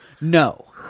No